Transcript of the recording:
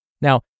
Now